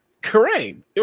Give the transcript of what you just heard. Correct